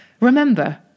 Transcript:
Remember